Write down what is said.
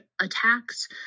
attacks